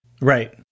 Right